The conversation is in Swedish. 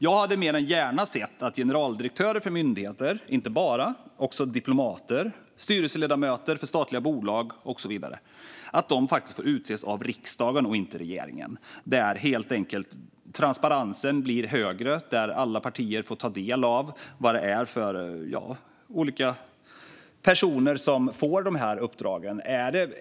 Jag hade mer än gärna sett att inte bara generaldirektörer för myndigheter utan också diplomater, styrelseledamöter i statliga bolag och så vidare fick utses av riksdagen och inte av regeringen. Där blir transparensen högre, helt enkelt, och alla partier får ta del av vad det är för olika personer som får dessa uppdrag.